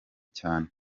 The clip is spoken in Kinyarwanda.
cyane